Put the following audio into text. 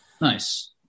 Nice